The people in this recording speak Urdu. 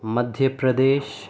مدھیہ پردیش